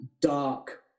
dark